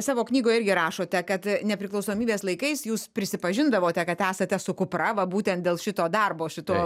savo knygoj irgi rašote kad nepriklausomybės laikais jūs prisipažindavote kad esate su kupra va būtent dėl šito darbo šito